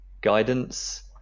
guidance